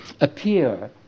appear